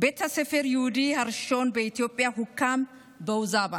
בית הספר היהודי הראשון באתיופיה הוקם בווזבה,